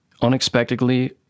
unexpectedly